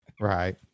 right